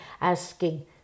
asking